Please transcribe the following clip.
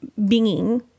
binging